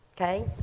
okay